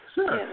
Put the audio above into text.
Sure